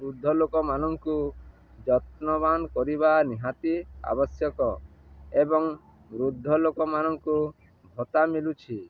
ବୃଦ୍ଧ ଲୋକମାନଙ୍କୁ ଯତ୍ନବାନ କରିବା ନିହାତି ଆବଶ୍ୟକ ଏବଂ ବୃଦ୍ଧ ଲୋକମାନଙ୍କୁ ଭତ୍ତା ମିଲୁଛି